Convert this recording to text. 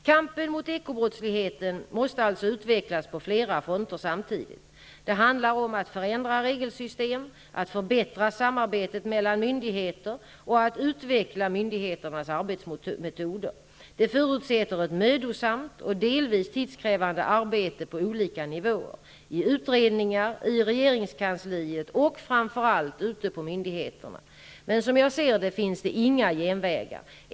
Kampen mot ekobrottsligheten måste alltså utvecklas på flera fronter samtidigt. Det handlar om att förändra regelsystemen, att förbättra samarbetet mellan myndigheterna och att utveckla myndigheternas arbetsmetoder. Det förutsätter ett mödosamt och delvis tidskrävande arbete på olika nivåer: i utredningar, i regeringskansliet och -- framför allt -- ute på myndigheterna. Men som jag ser det finns det inga genvägar.